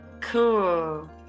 cool